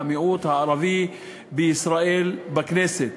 המיעוט הערבי בישראל בכנסת.